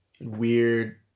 weird